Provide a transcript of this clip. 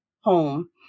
home